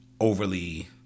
overly